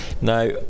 now